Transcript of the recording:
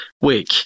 week